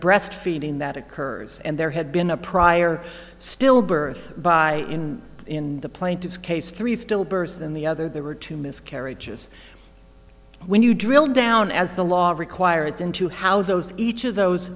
breastfeeding that occurs and there had been a prior stillbirth by in in the plaintiff's case three stillbirths than the other there were two miscarriages when you drill down as the law requires into how those each of those